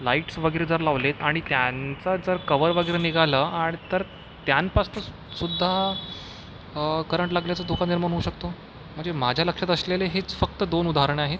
lights वगैरे जर लावलेत आणि त्यांचा जर कवर वगैरे निघालं आणि तर त्यानपासनं सुद्धा करंट लागण्याचा धोका निर्माण होऊ शकतो म्हणजे माझ्या लक्षात असलेले हेच फक्त दोन उदाहरणं आहेत